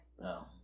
No